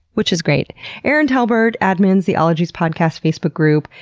which is great erin talbert admins the ologies podcast facebook group.